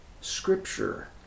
scripture